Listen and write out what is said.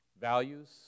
Values